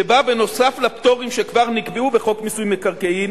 שבה נוסף על פטורים שכבר נקבעו בחוק מיסוי מקרקעין